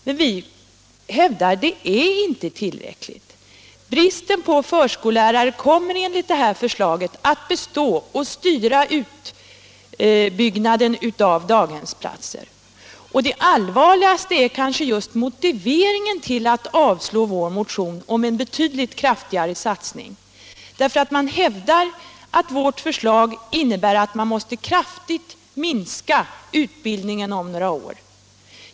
Men vi hävdar att det inte är tillräckligt. Bristen på förskollärare kommer enligt detta förslag att bestå och styra utbyggnaden av daghemsplatser. Det allvarligaste är ju motiveringen för att avstyrka vår motion om en betydligt kraftigare satsning. Utskottet hävdar att vårt förslag innebär att man måste kraftigt minska utbildningen om några år.